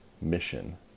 mission